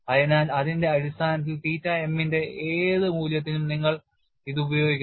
അതിനാൽ അതിന്റെ അടിസ്ഥാനത്തിൽ തീറ്റ m ന്റെ ഏത് മൂല്യത്തിനും നിങ്ങൾ ഇത് ഉപയോഗിക്കുന്നു